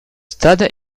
stade